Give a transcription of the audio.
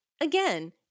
again